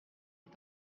est